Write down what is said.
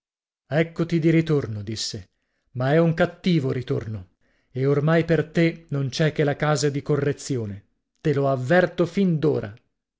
eccoti di ritorno disse ma è un cattivo ritorno e ormai per te non c'è che la casa dì correzione te lo avverto fin